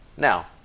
Now